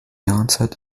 answered